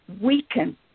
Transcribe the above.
weaken